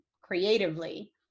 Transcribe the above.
creatively